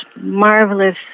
marvelous